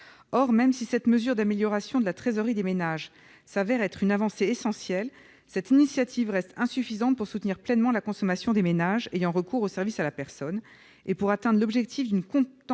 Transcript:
Même si cette mesure d'amélioration de la trésorerie des ménages apparaît être une avancée essentielle, cette initiative reste insuffisante pour soutenir pleinement la consommation des ménages ayant recours aux services à la personne et pour atteindre l'objectif d'une contemporanéité